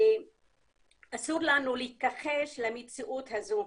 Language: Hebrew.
אסור לנו להתכחש למציאות הזו,